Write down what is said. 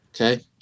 Okay